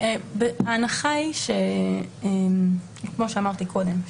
ההנחה היא כמו שאמרתי קודם,